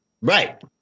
Right